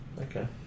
Okay